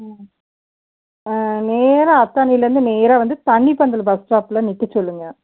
நேராக அத்தானைல இருந்து தண்ணி பந்தல் பஸ் ஸ்டாப்ல நிற்க சொல்லுங்கள்